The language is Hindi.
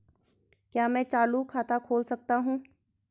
क्या मैं चालू खाता खोल सकता हूँ?